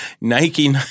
Nike